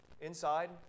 inside